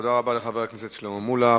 תודה רבה לחבר הכנסת שלמה מולה.